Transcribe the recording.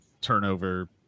turnover